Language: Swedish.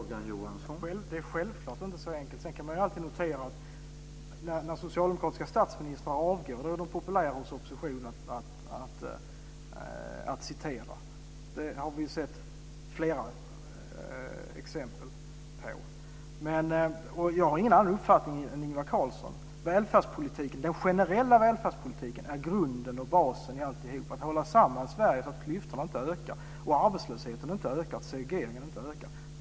Herr talman! Det är självfallet inte så enkelt. Sedan kan man alltid notera att när socialdemokratiska statsministrar avgår är de populära hos oppositionen att citera. Det har vi sett flera exempel på. Jag har ingen annan uppfattning än Ingvar Carlsson. Den generella välfärdspolitiken är grunden och basen i alltihop, i att hålla samman Sverige så att klyftorna, arbetslösheten och segregeringen inte ökar.